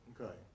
Okay